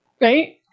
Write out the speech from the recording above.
Right